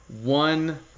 one